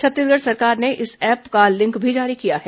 छत्तीसगढ़ सरकार ने इस ऐप का लिंक भी जारी किया है